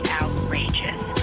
outrageous